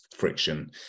friction